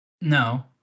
no